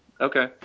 Okay